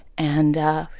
and,